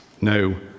no